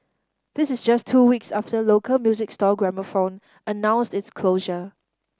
this is just two weeks after local music store Gramophone announced its closure